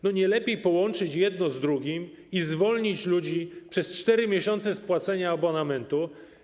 Czy nie lepiej byłoby połączyć jedno z drugim i zwolnić ludzi przez 4 miesiące z płacenia abonamentu?